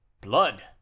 Blood